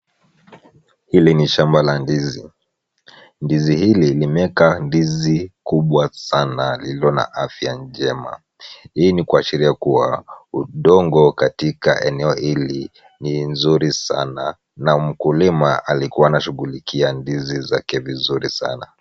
Hili ni shamba la ndizi. Ndizi hili limeeka ndizi kubwa sana lililo na afya njema. Hii ni kuashiria kuwa udongo katika eneo hili ni nzuri sana na mkulima alikuwa anashughulikia ndizi zake vizuri sana.